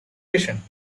fission